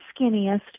skinniest